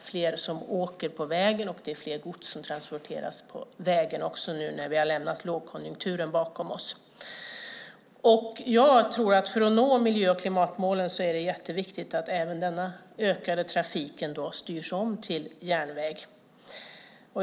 fler som åker på väg, och det är mer gods som transporteras på väg, nu när vi har lämnat lågkonjunkturen bakom oss. För att nå miljö och klimatmålen tror jag att det är jätteviktigt att även denna ökade trafik styrs om till järnväg.